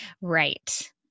Right